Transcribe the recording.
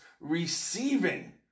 Receiving